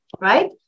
right